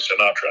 Sinatra